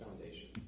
Foundation